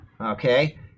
okay